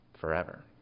forever